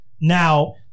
Now